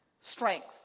strength